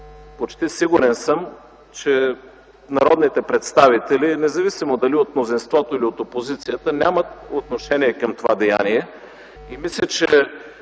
почти съм сигурен, че народните представители, независимо дали от мнозинството или от опозицията, нямат отношение към това деяние.